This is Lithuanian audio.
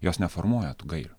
jos neformuoja tų gairių